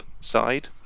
side